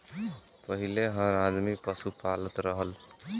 पहिले हर आदमी पसु पालत रहल